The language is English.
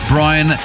Brian